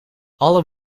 alle